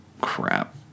crap